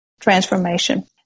transformation